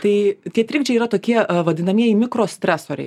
tai tie trikdžiai yra tokie vadinamieji mikrostresoriai